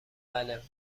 بله